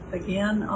again